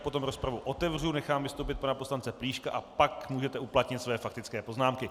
Potom rozpravu otevřu, nechám vystoupit pana poslance Plíška a pak můžete uplatnit své faktické poznámky.